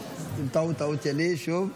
טעות שלי, שוב.